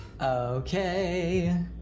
okay